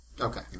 Okay